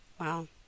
Wow